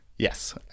Yes